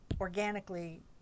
organically